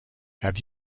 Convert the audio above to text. have